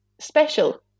special